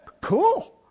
cool